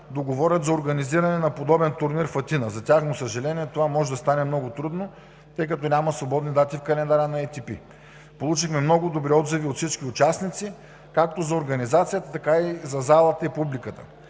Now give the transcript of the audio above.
договорят за организиране на подобен турнир в Атина. За тяхно съжаление, това може да стане много трудно, тъй като няма свободни дати в календара на АТП. Получихме много добри отзиви от всички участници както за организацията, така и за залата и публиката.